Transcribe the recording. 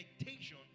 expectation